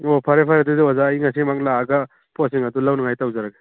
ꯑꯣ ꯐꯔꯦ ꯐꯔꯦ ꯑꯗꯨꯗꯤ ꯑꯣꯖꯥ ꯑꯩ ꯉꯁꯤꯃꯛ ꯂꯥꯛꯑꯒ ꯄꯣꯠꯁꯤꯡ ꯑꯗꯨ ꯂꯧꯅꯉꯥꯏ ꯇꯧꯖꯔꯒꯦ